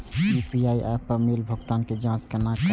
हम यू.पी.आई पर मिलल भुगतान के जाँच केना करब?